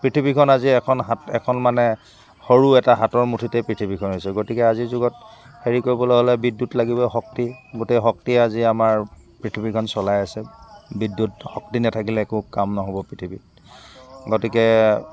পৃথিৱীখন আজি এখন হাত এখন মানে সৰু এটা হাতৰ মুঠিতেই পৃথিৱীখন হৈছে গতিকে আজি যুগত হেৰি কৰিবলৈ হ'লে বিদ্যুৎ লাগিবই শক্তি গোটেই শক্তিয়ে আজি আমাৰ পৃথিৱীখন চলাই আছে বিদ্যুৎ শক্তি নাথাকিলে একো কাম নহ'ব পৃথিৱীত গতিকে